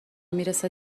میرسه